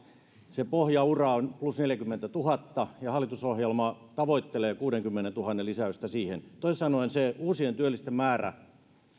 se pohjaura on plus neljäkymmentätuhatta ja hallitusohjelma tavoittelee kuudenkymmenentuhannen lisäystä siihen toisin sanoen se uusien työllisten määrä